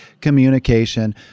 communication